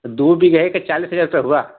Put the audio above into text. दो बीघे का चालीस हजार रुपये हुआ